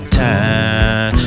time